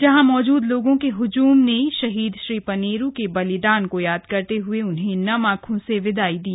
जहां मौजूद लोगों के हुजूम ने शहीद श्री पनेरू के बलिदान को याद करने हुए उन्हें नम आखों से विदाई दी